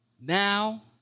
Now